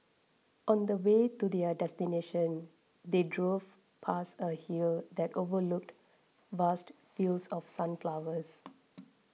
on the way to their destination they drove past a hill that overlooked vast fields of sunflowers